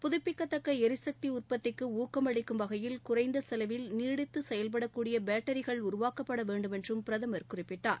புதுப்பிக்கத்தக்க ளிசக்தி உற்பத்திக்கு ஊக்கம் அளிக்கும் வகையில் குறைந்த செலவில் நீடித்து செயல்படக்கூடிய பேட்டரிகள் உருவாக்கப்பட வேண்டும் என்றும் பிரதமர் குறிப்பிட்டார்